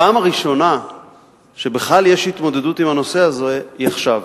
הפעם הראשונה שבכלל יש התמודדות עם הנושא הזה היא עכשיו.